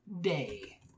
Day